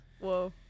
Whoa